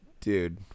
dude